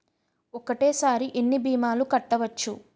ఒక్కటేసరి ఎన్ని భీమాలు కట్టవచ్చు?